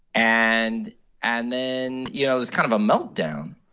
and and then, you know, there's kind of a meltdown.